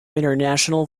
international